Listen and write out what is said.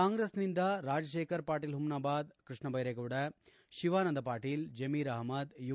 ಕಾಂಗ್ರೆಸ್ ನಿಂದ ರಾಜ ಶೇಖರ್ ಪಾಟೀಲ್ ಹುಮ್ನಾಬಾದ್ ಕೃಷ್ಣ ಬೈರೇಗೌಡ ಶಿವಾನಂದ ಪಾಟೀಲ್ ಜಮೀರ್ ಅಹಮದ್ ಯು